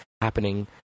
happening